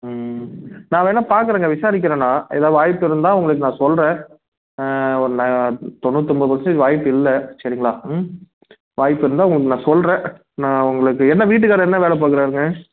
ம் நான் வேணாம் பார்க்குறேங்க விசாரிக்கிறேன் நான் எதாது வாய்ப்பு இருந்தால் உங்களுக்கு நான் சொல்கிறேன் ஒரு ந தொண்ணூத்தொம்பது பர்சன்டேஜ் வாய்ப்பு இல்லை சரிங்களா ம் வாய்ப்பு இருந்தால் உங்களுக்கு நான் சொல்கிறேன் நான் உங்களுக்கு என்ன வீட்டுக்கார் என்ன வேலை பார்க்குறாருங்க